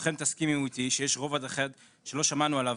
כולכם תסכימו איתי שיש רובד אחד שלא שמענו עליו,